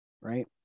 right